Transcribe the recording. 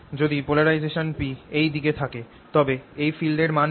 যদি polarisation P এই দিকে থাকে তবে এই ফিল্ড এর মান কী